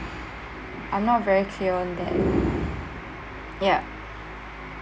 tier I'm not very clear on that ya